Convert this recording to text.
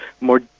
more